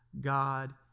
God